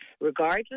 regardless